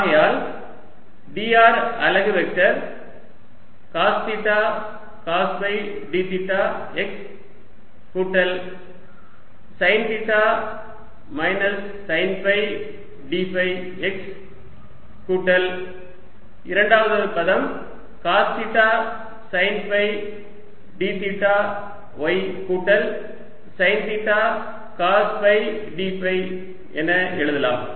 ஆகையால் dr அலகு vector cos theta cos phi d theta x கூட்டல் sine theta minus sine phi d phi x கூட்டல் இரண்டாவது பதம் cos theta sine phi d theta y கூட்டல் sine theta cos phi d phi என எழுதலாம்